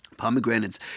Pomegranates